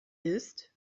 ist